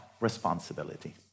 responsibility